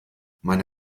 meine